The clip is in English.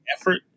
effort